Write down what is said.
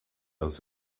aus